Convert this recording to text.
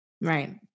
Right